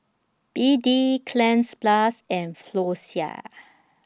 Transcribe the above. B D Cleanz Plus and Floxia